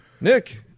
Nick